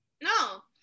no